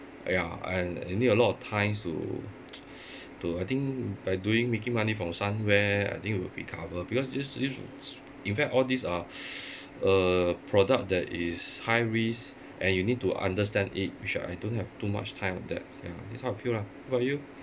ya and you need a lot of times to to I think by doing making money from somewhere I think it will be cover because this is s~ in fact all these are uh product that is high risk and you need to understand it which I don't have too much time on that ya it's how I feel lah what about you